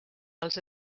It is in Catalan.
els